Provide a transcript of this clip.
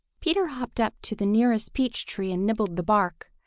peter hopped up to the nearest peach tree and nibbled the bark.